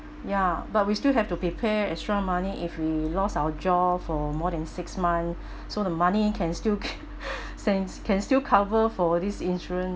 ya but we still have to prepare extra money if we lost our job for more than six month so the money can still can still cover for these insurance